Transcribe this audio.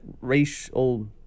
racial